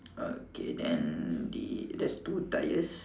okay then the there's two tyres